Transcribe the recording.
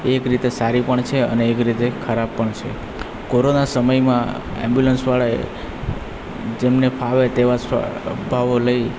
એક રીતે સારી પણ છે અને એક રીતે ખરાબ પણ છે કોરોના સમયમાં ઍમ્બ્યુલન્સવાળાએ જેમને ફાવે તેવા ભાવો લઈ